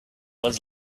was